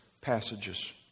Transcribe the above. passages